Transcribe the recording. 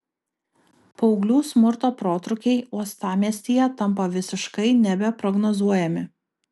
paauglių smurto protrūkiai uostamiestyje tampa visiškai nebeprognozuojami